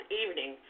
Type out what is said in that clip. evening